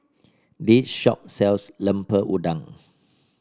this shop sells Lemper Udang